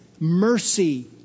Mercy